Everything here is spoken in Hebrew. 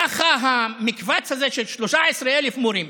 ככה המקבץ הזה של 13,000 מורים.